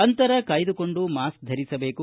ಅಂತರ ಕಾಯ್ದುಕೊಂಡು ಮಾಸ್ಕ್ ಧರಿಸಬೇಕು